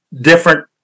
different